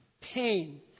pain